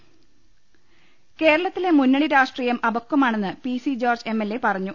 ലലലലലലലലലലലലല കേരളത്തിലെ മുന്നണി രാഷ്ട്രീയം അപക്ഷമാണെന്ന് P C George M L A പറഞ്ഞു